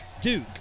Duke